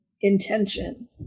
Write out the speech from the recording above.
intention